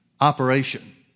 operation